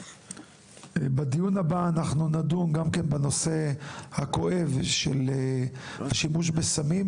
בדיון הבא אנחנו נדון גם הנושא הכואב של שימוש בסמים